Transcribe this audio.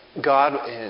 God